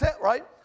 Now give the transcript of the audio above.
Right